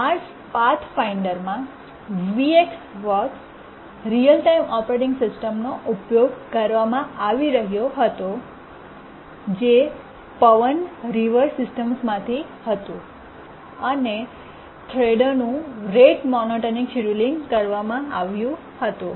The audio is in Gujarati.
માર્સ પાથ ફાઇન્ડર માં VxWorks રીઅલ ટાઇમ ઓપરેટિંગ સિસ્ટમનો ઉપયોગ કરવામાં આવી રહ્યો હતો જે પવન રિવર સિસ્ટમ્સમાંથી હતું અને થ્રેડોનું રેટ મોનોટોનિક શેડયુલિંગ કરવામાં આવ્યું હતું